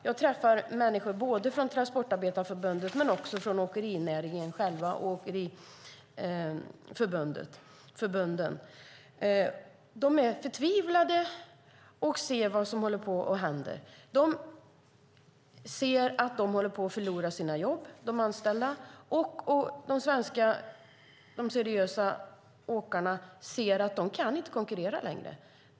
Jag träffar människor från både Transportarbetareförbundet och åkerinäringen själv, från åkeriförbunden. De är förtvivlade och ser vad som håller på att hända. De anställda ser att de håller på att förlora sina jobb. De seriösa svenska åkarna ser att de inte kan konkurrera längre.